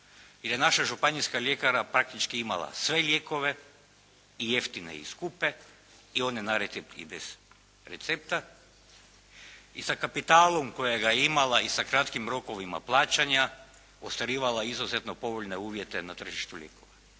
i da je naša županijska ljekarna praktički imala sve lijekove i jeftine i skupe i one na recept i bez recepta i sa kapitalom kojega je imala i sa kratkim rokovima plaćanja ostvarivala izuzetno povoljne uvjete na tržištu lijekova